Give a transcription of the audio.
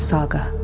Saga